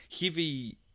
heavy